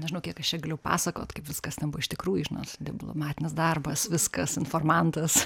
nežinau kiek aš čia galiu pasakot kaip viskas nebuvo iš tikrųjų žinot diplomatinis darbas viskas informantas